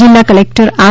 જિલ્લા collector R